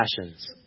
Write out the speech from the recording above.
passions